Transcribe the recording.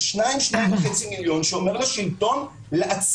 של 2.5-2 מיליון אנשים שאומר לשלטון לעצור.